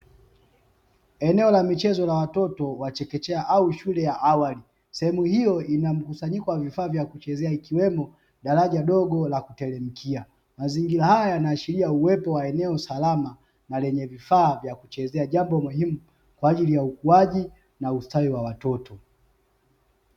Eneo la michezo la watoto wa chekechea au shule ya awali. Sehemu hiyo ina mkusanyiko wa vifaa vya kuchezea, ikiwemo daraja dogo la kuteremkia. Mazingira haya yanaashiria uwepo wa eneo salama na lenye vifaa vya kuchezea. Jambo muhimu kwa ajili ya ukuaji na ustawi wa watoto.